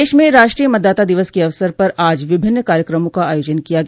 प्रदेश में राष्ट्रीय मतदाता दिवस के अवसर पर विभिन्न कार्यक्रमों का आयोजन किया गया